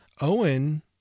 Owen